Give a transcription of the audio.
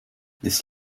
this